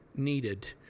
needed